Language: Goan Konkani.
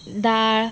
दाळ